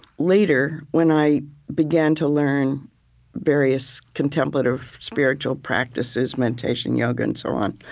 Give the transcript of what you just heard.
later, when i began to learn various contemplative spiritual practices, meditation, yoga, and so on,